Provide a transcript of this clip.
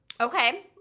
Okay